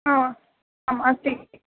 हा आम् अस्ति